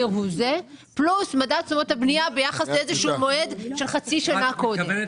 הוא זה פלוס מדד תשומות הבנייה ביחס לאיזה שהוא מועד של חצי שנה קודם.